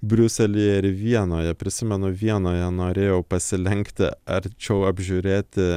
briuselyje ir vienoje prisimenu vienoje norėjau pasilenkti arčiau apžiūrėti